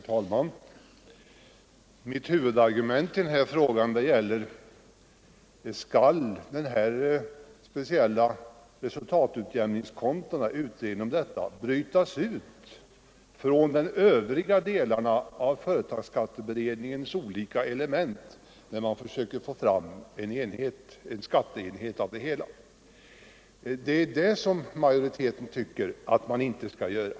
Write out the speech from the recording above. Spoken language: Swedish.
Herr talman! Mitt huvudargument i den här frågan gäller huruvida utredningen om de speciella resultatutjämningskontona skall brytas ut från de övriga delarna av företagsskatteberedningens olika element när man försöker få fram en skatteenhet av det hela. Det är det utskottsmajoriteten tycker att vi inte skall göra.